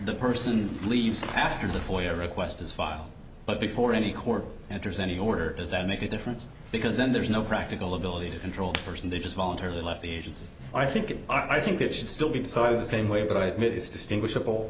the person leaves after the foyer request is filed but before any court enters any order does that make a difference because then there's no practical ability to control the person they just voluntarily left the agency i think i think it should still be decided the same way but i admit it's distinguish